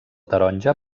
taronja